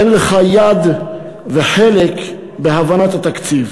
אין לך יד וחלק בהכנת התקציב,